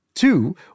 Two